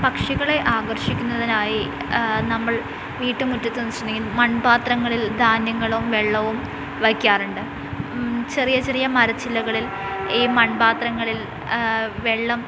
പക്ഷികളെ ആകർഷിക്കുന്നതിനായി നമ്മൾ വീട്ടുമുറ്റത്തുവെച്ച് മൺപാത്രങ്ങളിൽ ധാന്യങ്ങളും വെള്ളവും വയ്ക്കാറുണ്ട് ചെറിയ ചെറിയ മരച്ചില്ലകളിൽ ഈ മൺപാത്രങ്ങളിൽ വെള്ളം